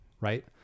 right